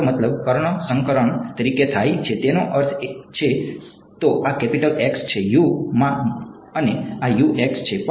મારો મતલબ કર્ણ સંસ્કરણ તરીકે થાય છે તેનો અર્થ છે તો આ કેપિટલ X છે u માં અને આ છે